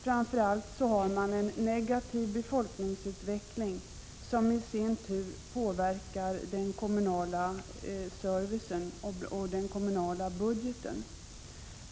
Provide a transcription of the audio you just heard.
Framför allt har man en negativ befolkningsutveckling, som i sin tur påverkar den kommunala budgeten.